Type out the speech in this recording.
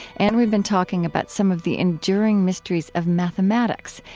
and we've been talking about some of the enduring mysteries of mathematics,